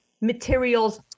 materials